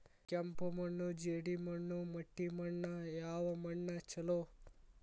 ಕೆಂಪು ಮಣ್ಣು, ಜೇಡಿ ಮಣ್ಣು, ಮಟ್ಟಿ ಮಣ್ಣ ಯಾವ ಮಣ್ಣ ಛಲೋ?